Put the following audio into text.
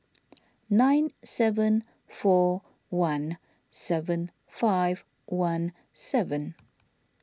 nine seven four one seven five one seven